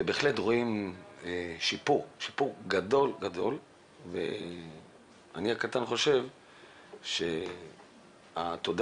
בהחלט רואים שיפור גדול ואני הקטן חושב שהתודה